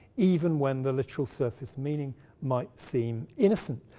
even when the literal surface meaning might seem innocent,